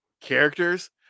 characters